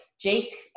jake